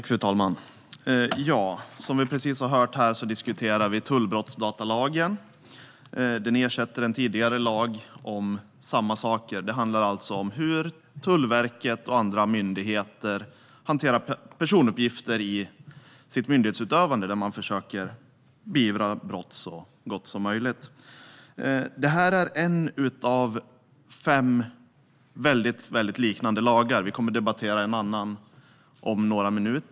Fru talman! Som vi precis har hört diskuterar vi tullbrottsdatalagen. Den ersätter en tidigare lag om samma saker. Det handlar alltså om hur Tullverket och andra myndigheter hanterar personuppgifter i sitt myndighetsutövande där man försöker beivra brott så gott som möjligt. Det här är en av fem mycket liknande lagar. Vi kommer att debattera en annan av dem om några minuter.